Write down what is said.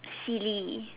silly